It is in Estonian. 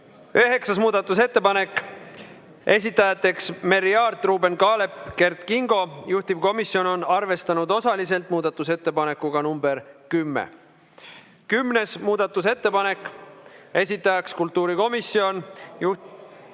Üheksas muudatusettepanek, esitajateks Merry Aart, Ruuben Kaalep, Kert Kingo. Juhtivkomisjon on seda arvestanud osaliselt muudatusettepanekuga nr 10. Kümnes muudatusettepanek, esitajaks kultuurikomisjon ...